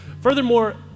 Furthermore